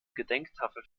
gedenktafel